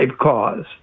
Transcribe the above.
cause